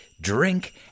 drink